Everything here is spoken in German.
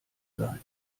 sein